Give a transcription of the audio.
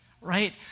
right